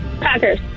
Packers